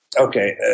Okay